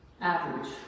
average